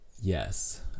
Yes